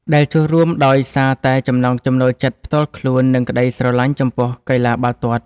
ដែលចូលរួមដោយសារតែចំណង់ចំណូលចិត្តផ្ទាល់ខ្លួននិងក្តីស្រលាញ់ចំពោះកីឡាបាល់ទាត់។